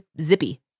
zippy